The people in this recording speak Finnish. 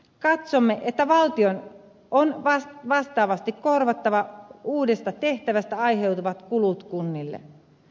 katsomme että valtion on vastaavasti korvattava uudesta tehtävästä aiheutuvat kulut kunnille